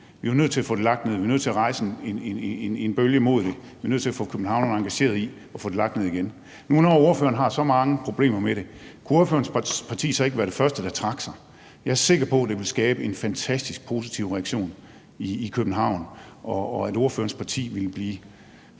vi er nødt til at få det lagt ned, vi er nødt til at rejse en bølge mod det, vi er nødt til at få københavnerne engageret i at få det lagt ned igen. Når nu ordføreren har så mange problemer med det, kunne ordførerens parti så ikke være det første, der trak sig? Jeg er sikker på, at det ville skabe en fantastisk positiv reaktion i København, og at ordførerens parti ville blive